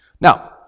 Now